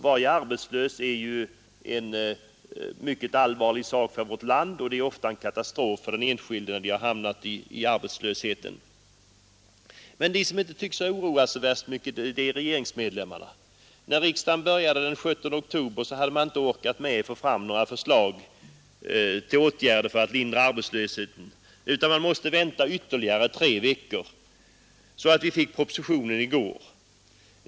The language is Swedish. Varje arbetslös är något mycket allvarligt för vårt land, och det är ofta en katastrof för den enskilde att ha hamnat i arbetslösheten. 171 Men de som inte tycks ha oroat sig värst mycket är regeringsmedlemmarna. När riksdagen började den 17 oktober hade man inte orkat med att få fram några förslag till åtgärder för att lindra arbetslösheten, utan man måste vänta ytterligare tre veckor, och vi fick propositionen i går.